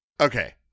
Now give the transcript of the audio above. Okay